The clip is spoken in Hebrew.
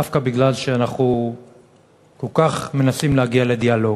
דווקא משום שאנחנו כל כך מנסים להגיע לדיאלוג,